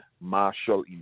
Marshall